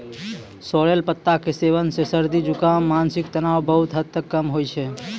sorrel पत्ता के सेवन सॅ सर्दी, जुकाम, मानसिक तनाव बहुत हद तक कम होय छै